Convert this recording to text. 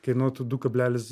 kainuotų du kablelis